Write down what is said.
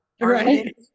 Right